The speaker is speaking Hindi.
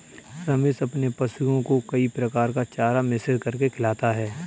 रमेश अपने पशुओं को कई प्रकार का चारा मिश्रित करके खिलाता है